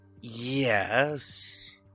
yes